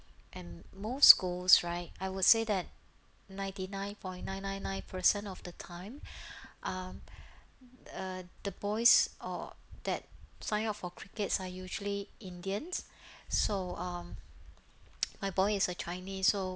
and more schools right I will say that ninety nine point nine nine nine percent of the time um uh the boys or that sign up for crickets are usually indians so um my boy is a chinese so